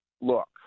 Look